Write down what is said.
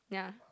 yeah